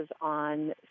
on